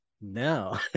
no